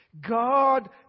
God